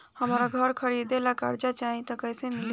हमरा घर खरीदे ला कर्जा चाही त कैसे मिली?